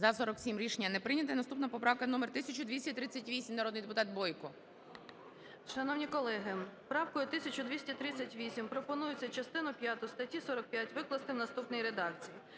За-47 Рішення не прийнято. Наступна поправка номер 1238. Народний депутат Бойко. 10:57:24 БОЙКО О.П. Шановні колеги, правкою 1238 пропонується частину п'яту статті 45 викласти у наступній редакції: